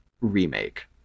remake